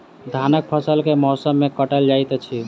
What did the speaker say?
धानक फसल केँ मौसम मे काटल जाइत अछि?